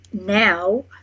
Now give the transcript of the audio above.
now